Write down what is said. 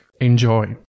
Enjoy